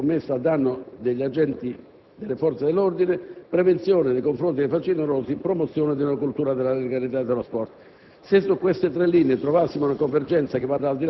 repressione nei confronti della violenza commessa a danno degli agenti delle forze dell'ordine, della prevenzione nei confronti dei facinorosi, della promozione della cultura della legalità e dello sport.